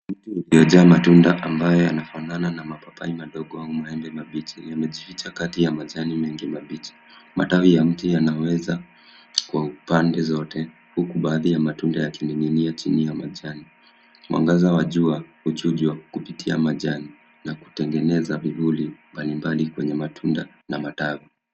Mti imejaa matunda ambayo yabafanana na mapaipai madogo au maembe mabichi. Yamejificha kati ya majani mengi mabichi. Matawi ya mti yanaweza kwa upande zote huku baadhi ya matunda yakininginia chini ya majani. Mwangaza wa jua huchujwa kupitia majani na kutengeneza vifuli mbali mbali kwenye matunda na matawi.